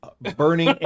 burning